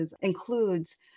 includes